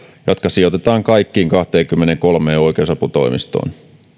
jotka sijoitetaan kaikkiin kahteenkymmeneenkolmeen oikeusaputoimistoon